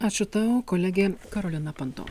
ačiū tau kolegė karolina panto